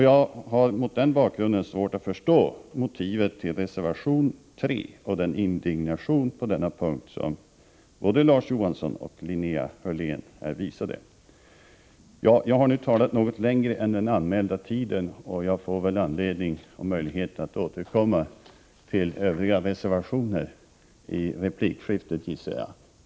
Jag har mot den bakgrunden svårt att förstå motivet till reservation 3 och den indignation på denna punkt som både Larz Johansson och Linnea Hörlén här visade. Jag har nu talat något längre än den anmälda tiden. Jag får väl anledning och möjlighet att återkomma till övriga reservationer i replikskiftet, gissar jag.